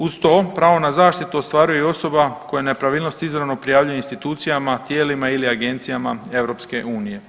Uz to, pravo na zaštitu ostvaruje i osoba koja nepravilnost izravno prijavljuje institucijama, tijelima ili agencijama EU.